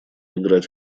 играть